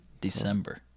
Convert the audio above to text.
december